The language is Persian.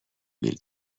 بیل